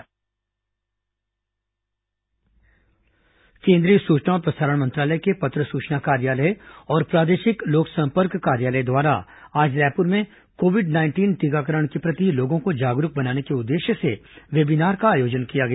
corona टीकाकरण webinar केंद्रीय सूचना और प्रसारण मंत्रालय के पत्र सूचना कार्यालय और प्रादेशिक लोकसंपर्क कार्यालय द्वारा आज रायपुर में कोविड नाइंटीन टीकाकरण के प्रति लोगों को जागरूक बनाने के उद्देश्य से वेबिनार का आयोजन किया गया